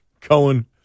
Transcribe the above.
Cohen